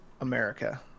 America